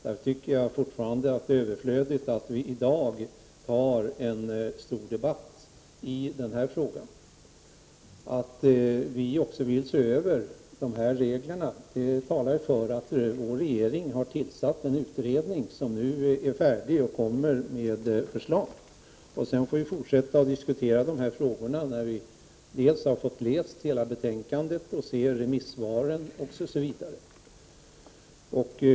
Därför tycker jag fortfarande att det är överflödigt att vi i dag tar upp en stor debatt i den här frågan. Att vi också vill se över de här reglerna visas av att vår regering har tillsatt en utredning som nu är färdig och kommer med förslag. Sedan får vi fortsätta att diskutera de här frågorna när vi dels har fått läsa hela betänkandet, dels fått se remissvaren osv.